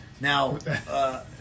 Now